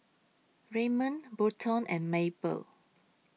Raymond Burton and Mabel